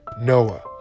Noah